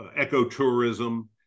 Ecotourism